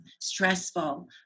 stressful